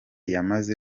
yamaze